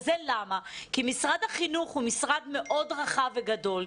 זה קרה כי משרד החינוך הוא משרד מאוד רחב וגדול,